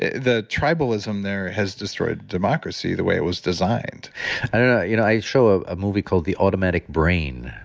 the tribalism there has destroyed democracy the way it was designed i don't know, you know i show a ah movie called the automatic brain,